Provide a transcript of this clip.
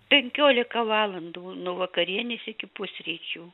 penkiolika valandų nuo vakarienės iki pusryčių